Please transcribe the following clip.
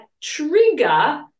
trigger